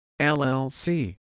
LLC